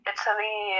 Italy